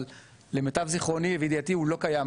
אבל למיטב זיכרוני וידיעתי הוא לא קיים